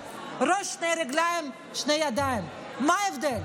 ראש, שתי רגליים, שתי ידיים, מה ההבדל?